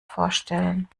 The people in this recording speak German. vorstellen